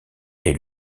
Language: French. est